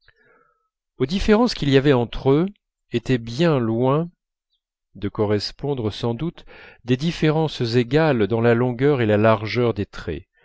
aux différences qu'il y avait entre eux étaient bien loin de correspondre sans doute des différences égales dans la longueur et la largeur des traits